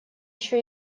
еще